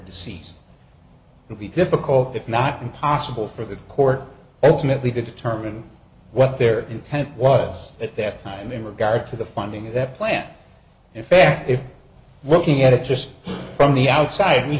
deceased would be difficult if not impossible for the court as merely to determine what their intent was at that time in regard to the funding of that plan in fact if looking at it just from the outside we